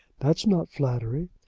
that's not flattery.